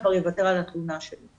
כבר יוותר על התלונה שלו,